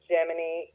Germany